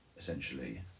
essentially